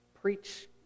preach